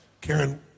Karen